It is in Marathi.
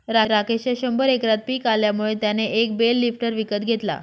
राकेशच्या शंभर एकरात पिक आल्यामुळे त्याने एक बेल लिफ्टर विकत घेतला